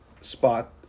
spot